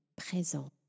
présent